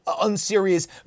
unserious